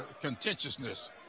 contentiousness